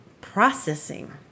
processing